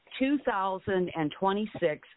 2,026